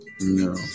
No